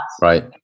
Right